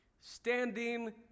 Standing